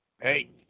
Hey